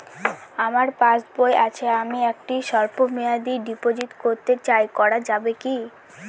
আমার পাসবই আছে আমি একটি স্বল্পমেয়াদি ডিপোজিট করতে চাই করা যাবে কি?